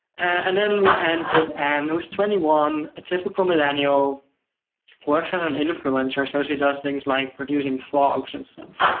and then we end with anne who's twenty one, a typical millennial, she works as an influencer, so she does things like producing vlogs and stuff.